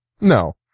No